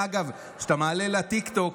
אגב, כשאתה מעלה לטיקטוק,